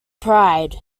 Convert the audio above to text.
pride